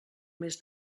mes